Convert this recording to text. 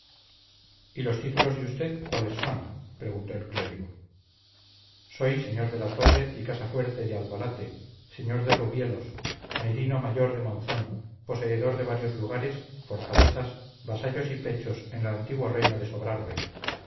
y los títulos de usted cuáles son preguntó el clérigo soy señor de la torre y casa fuerte de albalate señor de rubielos merino mayor de monzón poseedor de varios lugares fortalezas vasallos y pechos en el antiguo reino de sobrarbe